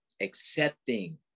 accepting